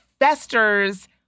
festers